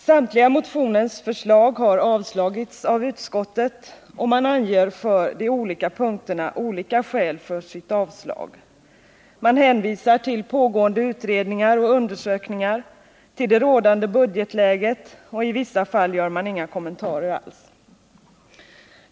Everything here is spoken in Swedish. Samtliga motionens förslag har avstyrkts av utskottet, och man anger för de olika punkterna olika skäl för sitt avstyrkande. Man hänvisar till pågående utredningar och undersökningar och till det rådande budgetläget, och i vissa fall gör man inga kommentarer alls.